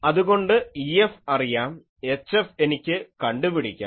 അതുകൊണ്ട് EFഅറിയാം HFഎനിക്ക് കണ്ടുപിടിക്കാം